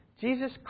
Jesus